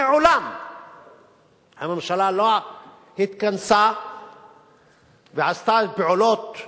מעולם הממשלה לא התכנסה ועשתה פעולות,